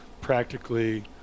practically